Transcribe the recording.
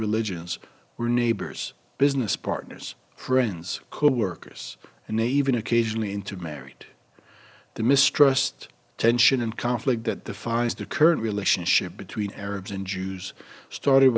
religions were neighbors business partners friends coworkers and even occasionally into married the mistrust tension and conflict that the five of the current relationship between arabs and jews started